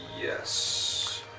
Yes